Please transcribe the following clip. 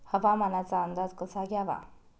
हवामानाचा अंदाज कसा घ्यावा?